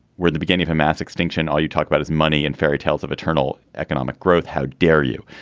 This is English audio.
were the beginning of a mass extinction. all you talk about is money and fairy tales of eternal economic growth how dare you.